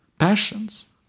passions